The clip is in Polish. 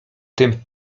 tym